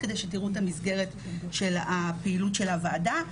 כדי שתראו את המסגרת של הפעילות של הוועדה.